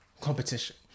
competition